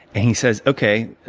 he says, okay,